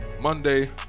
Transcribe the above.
Monday